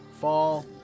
Fall